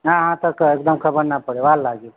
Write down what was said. હા હા તો ખબર ના પડે વાર લાગે